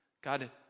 God